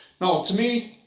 now, to me,